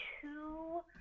two